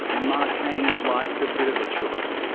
and mark haines liked a bit of a choof.